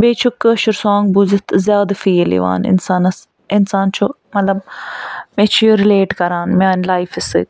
بیٚیہِ چھُ کٲشُر سانٛگ بوٗزِتھ زیادٕ فیٖل یِوان اِنسانس اِنسان چھُ مطلب مےٚ چھُ یہِ رِلیٹ کَران میٛانہِ لایفہِ سۭتۍ